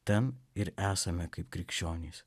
ten ir esame kaip krikščionys